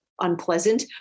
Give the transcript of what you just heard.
unpleasant